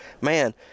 Man